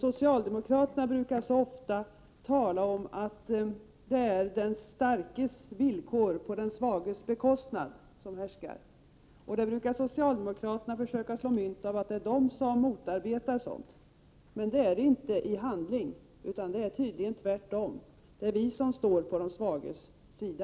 Socialdemokraterna brukar så ofta tala om att den starkes villkor härskar på den svages bekostnad. Socialdemokraterna brukar försöka slå mynt av att det är de som motarbetar detta. Men så är det inte i handling. Tydligen är det tvärtom. Det är vi som står på de svagas sida.